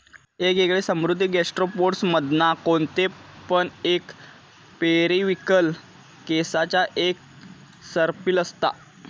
येगयेगळे समुद्री गैस्ट्रोपोड्स मधना कोणते पण एक पेरिविंकल केच्यात एक सर्पिल असता